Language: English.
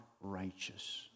righteous